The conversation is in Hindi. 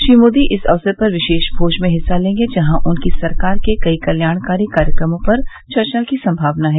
श्री मोदी इस अवसर पर विशेष भोज में हिस्सा लेंगे जहां उनकी सरकार के कई कल्याणकारी कार्यक्रमों पर चर्चा की सम्भावना है